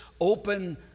open